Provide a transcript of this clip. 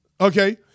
Okay